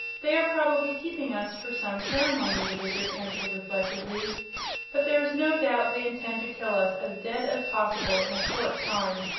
they are probably keeping us for some ceremony, the wizard answered, reflectively but there is no doubt they intend to kill us as dead as possible in a short time.